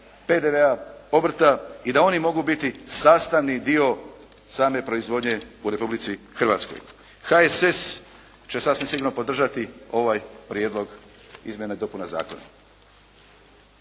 PDV-a, obrta i da oni mogu biti sastavni dio same proizvodnje u Republici Hrvatskoj. HSS će sasvim sigurno podržati ovaj prijedlog izmjena i dopuna zakona.